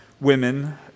women